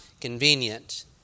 convenient